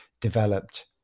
developed